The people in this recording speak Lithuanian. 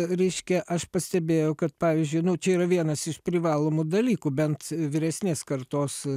reiškia aš pastebėjau kad pavyzdžiui nu čia yra vienas iš privalomų dalykų bent vyresnės kartos